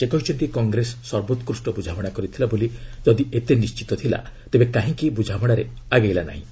ସେ କହିଛନ୍ତି କଂଗ୍ରେସ ସର୍ବୋକୃଷ୍ଟ ବୁଝାମଣା କରିଥିଲା ବୋଲି ଯଦି ଏତେ ନିର୍ଣ୍ଣିତ ଥିଲା ତେବେ କାହିଁକି ଏହା ବ୍ରଝାମଣାରେ ଆଗେଇଲା ନାହିଁ